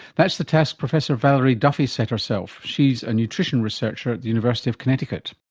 that's the task professor valerie duffy set herself. she is a nutrition researcher at the university of connecticut.